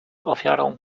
ofiarą